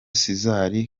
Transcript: césar